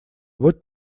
вот